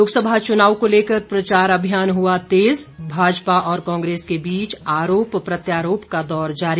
लोकसभा चुनाव को लेकर प्रचार अभियान हुआ तेज भाजपा और कांग्रेस के बीच आरोप प्रत्यारोप का दौर जारी